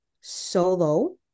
solo